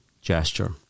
gesture